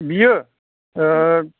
बियो